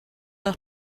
are